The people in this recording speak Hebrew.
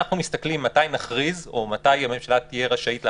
כשאנחנו מסתכלים מתי הממשלה תהיה רשאית להכריז,